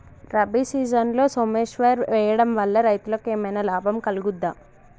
రబీ సీజన్లో సోమేశ్వర్ వేయడం వల్ల రైతులకు ఏమైనా లాభం కలుగుద్ద?